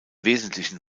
wesentlichen